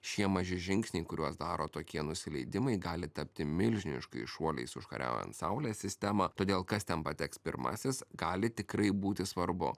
šie maži žingsniai kuriuos daro tokie nusileidimai gali tapti milžiniškais šuoliais užkariaujant saulės sistemą todėl kas ten pateks pirmasis gali tikrai būti svarbu